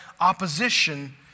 opposition